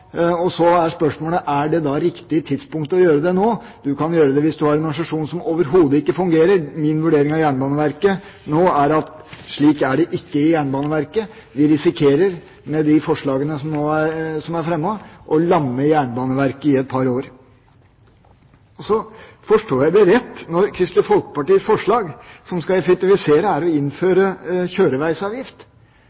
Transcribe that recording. Så er spørsmålet: Er det da riktig tidspunkt å gjøre det nå? Du kan gjøre det hvis du har en organisasjon som overhodet ikke fungerer. Min vurdering av Jernbaneverket nå er at slik er det ikke i Jernbaneverket. Vi risikerer, med de forslagene som er fremmet, å lamme Jernbaneverket i et par år. Forstår jeg det rett når Kristelig Folkepartis forslag, som skal effektivisere, er å